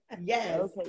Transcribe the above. Yes